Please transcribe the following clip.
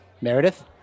Meredith